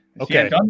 okay